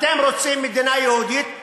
אתם רוצים מדינה יהודית,